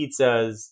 pizzas